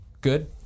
good